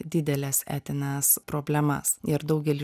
dideles etines problemas ir daugely